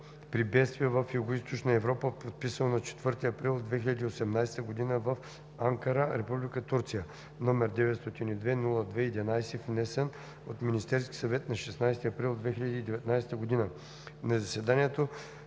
при бедствия в Югоизточна Европа, подписано на 4 април 2018 г. в Анкара, Република Турция, № 902-02-11, внесен от Министерския съвет на 16 април 2019 г. На заседанието